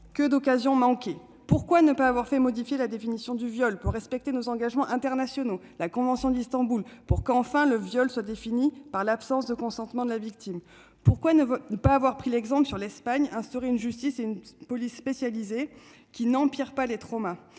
que d'occasions manquées ! Ainsi, pourquoi ne pas avoir fait modifier la définition du viol de façon à respecter nos engagements internationaux, notamment la convention d'Istanbul, pour qu'enfin le viol soit défini par l'absence de consentement de la victime ? Pourquoi ne pas avoir pris exemple sur l'Espagne en instaurant une justice et une police spécialisées qui n'aggravent pas les traumatismes